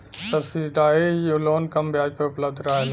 subsidise loan कम ब्याज पर उपलब्ध रहला